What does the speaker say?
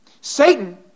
Satan